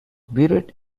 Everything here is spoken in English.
buried